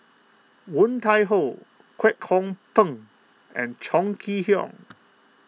Woon Tai Ho Kwek Hong Png and Chong Kee Hiong